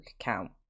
account